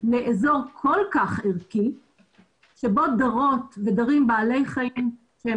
לאזור כל כך ערכי שבו דרות ודרים בעלי חיים שהם